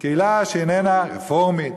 קהילה שאיננה רפורמית?